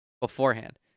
beforehand